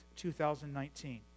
2019